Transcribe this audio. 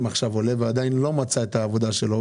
עכשיו עולה ועדיין לא מצא את העבודה שלו?